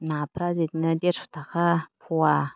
नाफ्रा बिदिनो देरस' थाखा फवा